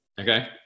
Okay